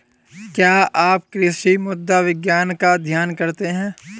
क्या आप कृषि मृदा विज्ञान का अध्ययन करते हैं?